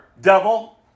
devil